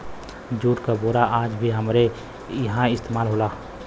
jute क बोरा आज भी हमरे इहां इस्तेमाल होला